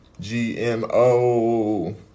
GMO